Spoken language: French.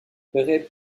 ray